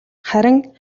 харин